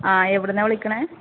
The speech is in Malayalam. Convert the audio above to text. ആ എവിടെ നിന്നാണ് വിളിക്കുന്നത്